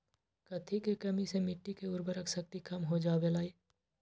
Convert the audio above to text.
कथी के कमी से मिट्टी के उर्वरक शक्ति कम हो जावेलाई?